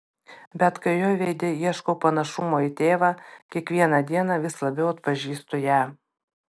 bet kai jo veide ieškau panašumo į tėvą kiekvieną dieną vis labiau atpažįstu ją